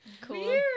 Cool